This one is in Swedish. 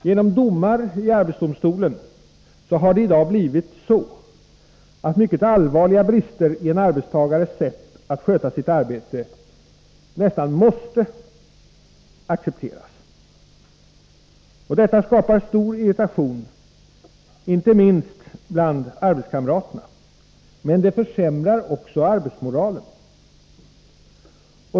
Genom domar i arbetsdomstolen har det i dag blivit så, att mycket allvarliga brister i en arbetstagares sätt att sköta sitt arbete nästan måste accepteras. Detta skapar stor irritation, inte minst bland arbetskamraterna, men det försämrar också arbetsmoralen.